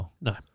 No